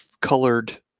colored